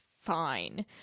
fine